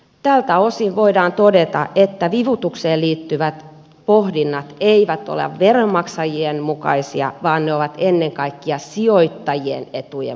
tältä osin voidaan todeta että vivutukseen liittyvät pohdinnat eivät ole veronmaksajien mukaisia vaan ne ovat ennen kaikkea sijoittajien etujen mukaisia